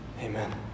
Amen